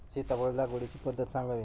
सीताफळ लागवडीची पद्धत सांगावी?